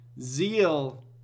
zeal